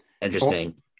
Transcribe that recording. interesting